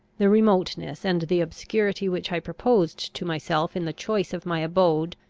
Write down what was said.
the remoteness and the obscurity which i proposed to myself in the choice of my abode,